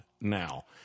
now